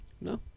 No